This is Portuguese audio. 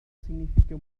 significa